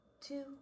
two